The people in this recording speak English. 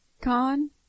Khan